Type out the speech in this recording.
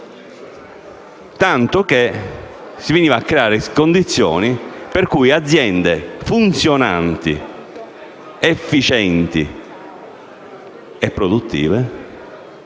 tanto che si venivano a creare delle condizioni per cui delle aziende funzionanti, efficienti e produttive